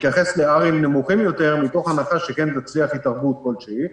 להתייחס ל-R נמוכים יותר מתוך הנחה שכן תצליח התערבות כל שהיא,